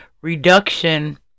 reduction